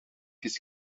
his